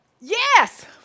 Yes